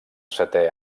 setè